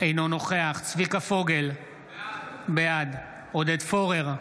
אינו נוכח צביקה פוגל, בעד עודד פורר,